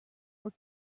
were